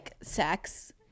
sex